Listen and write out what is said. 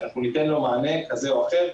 ואנחנו ניתן לו מענה כזה או אחר.